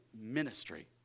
ministry